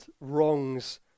wrongs